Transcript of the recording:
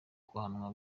guhanwa